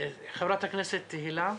חברת הכנסת תהלה,